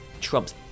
trumps